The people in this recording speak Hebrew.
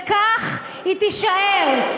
וכך היא תישאר.